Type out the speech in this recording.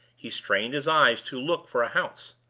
he strained his eyes to look for a house.